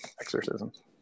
exorcisms